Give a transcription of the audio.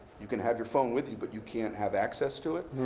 you can have your phone with you, but you can't have access to it.